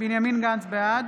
בעד